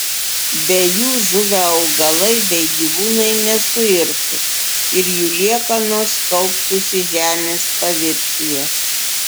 be jų žuvę augalai bei gyvūnai nesuirtų ir jų liekanos kauptųsi žemės paviršiuje